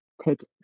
take